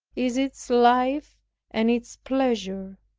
is its life and its pleasure.